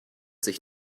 sich